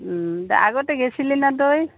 আগতে গৈছিলি না তই